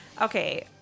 Okay